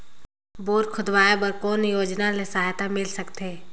Bore खोदवाय बर कौन योजना ले सहायता मिल सकथे?